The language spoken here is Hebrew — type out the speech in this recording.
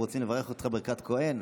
הם רוצים לברך אותך ברכת כוהן?